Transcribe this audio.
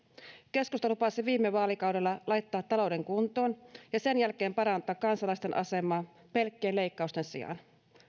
keskusta lupasi viime vaalikaudella laittaa talouden kuntoon ja sen jälkeen parantaa kansalaisten asemaa pelkkien leikkausten sijaan